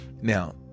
Now